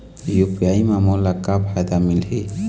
UPI म मोला का फायदा मिलही?